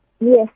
Yes